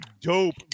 dope